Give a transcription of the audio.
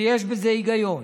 יש בזה היגיון.